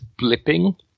blipping